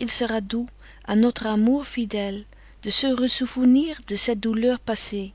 il sera doux à notre amour fidèle de se ressouvenir de ces douleurs passées